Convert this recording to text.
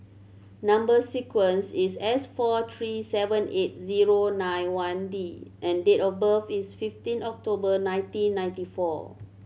number sequence is S four three seven eight zero nine one D and date of birth is fifteen October nineteen ninety four